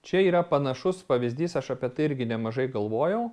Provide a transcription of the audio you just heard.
čia yra panašus pavyzdys aš apie tai irgi nemažai galvojau